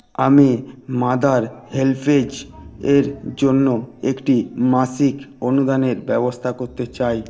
আমি mother help পেজের জন্য একটি মাসিক অনুদানের ব্যবস্থা করতে চাই